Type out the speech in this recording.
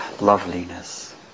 loveliness